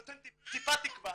נותן טיפה תקווה